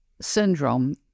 syndrome